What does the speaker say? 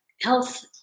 health